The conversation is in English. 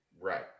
Right